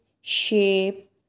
shape